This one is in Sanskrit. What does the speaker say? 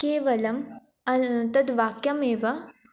केवलम् अल् तद् वाक्यम् एव